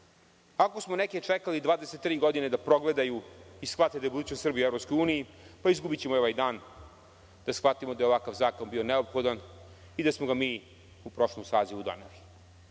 smo neke čekali 23 godine da progledaju i shvate da je budućnost Srbije u EU, pa izgubićemo i ovaj dan da shvatimo da je ovakav zakon bio neophodan i da smo ga mi u prošlom sazivu doneli.